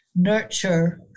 nurture